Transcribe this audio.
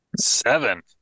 Seven